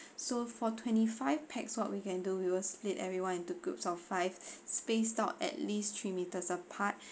so for twenty five pax what we can do we will split everyone into groups of five spaced out at least three metres apart